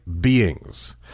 beings